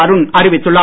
அருண் அறிவித்துள்ளார்